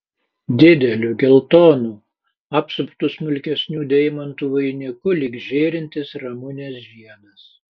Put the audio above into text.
dideliu geltonu apsuptu smulkesnių deimantų vainiku lyg žėrintis ramunės žiedas